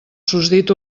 susdit